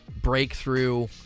breakthrough